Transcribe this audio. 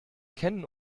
kennen